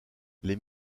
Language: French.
les